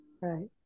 right